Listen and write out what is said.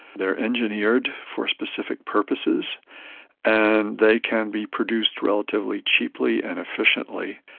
they are engineered for specific purposes and they can be produced relatively cheaply and efficiently.